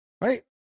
Right